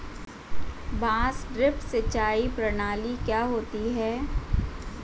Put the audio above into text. बांस ड्रिप सिंचाई प्रणाली क्या होती है?